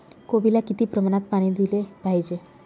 कोबीला किती प्रमाणात पाणी दिले पाहिजे?